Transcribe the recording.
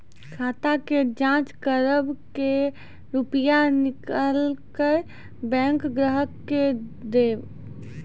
खाता के जाँच करेब के रुपिया निकैलक करऽ बैंक ग्राहक के देब?